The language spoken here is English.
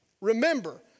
remember